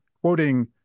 quoting